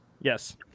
Yes